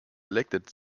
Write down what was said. elected